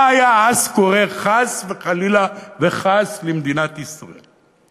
מה היה אז קורה חס וחלילה וחס למדינת ישראל?